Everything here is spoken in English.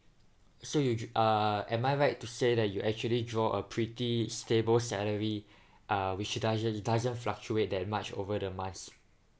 so you j~ uh am I right to say that you actually draw a pretty stable salary uh which doesn't doesn't fluctuate that much over the month